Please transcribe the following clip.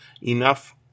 enough